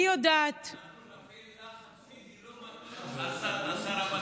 אני יודעת אנחנו נפעיל לחץ פיזי לא מתון על שר הבט"פ.